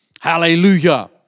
hallelujah